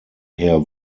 herr